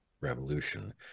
revolution